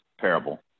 parable